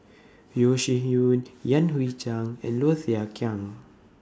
Yeo Shih Yun Yan Hui Chang and Low Thia Khiang